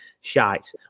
shite